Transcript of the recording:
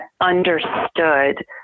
understood